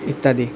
ইত্যাদি